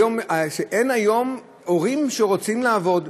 אין היום, הורים שרוצים לעבוד,